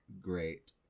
great